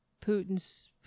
Putin's